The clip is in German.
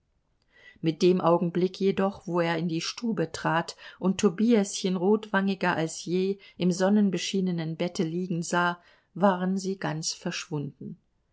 mit dem augenblick jedoch wo er in die stube trat und tobiäschen rotwangiger als je im sonnenbeschienenen bette liegen sah waren sie ganz verschwunden